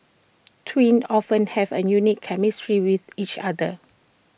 twins often have A unique chemistry with each other